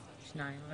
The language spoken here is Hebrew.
2 נמנעים,